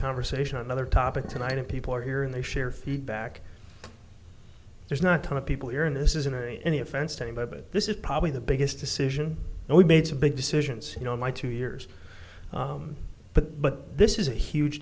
conversation on another topic tonight and people are here and they share feedback there's not a ton of people here in this isn't any offense to anybody but this is probably the biggest decision and we've made some big decisions you know my two years but but this is a huge